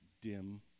dim